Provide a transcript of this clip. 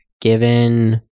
Given